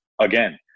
again